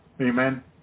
Amen